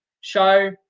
show